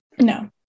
No